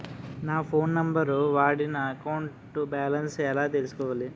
నా phone number వాడి నా అకౌంట్ బాలన్స్ ఎలా తెలుసుకోవాలి?